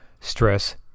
stress